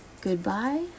goodbye